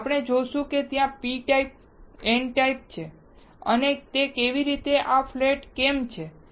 આપણે જોશું કે ત્યાં p ટાઇપ n ટાઇપ છે અને કેવી રીતે આ ફ્લેટ્સ કેમ છે